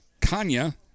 Kanya